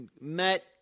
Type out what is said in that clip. met